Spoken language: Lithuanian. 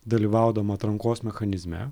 dalyvaudama atrankos mechanizme